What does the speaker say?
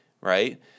right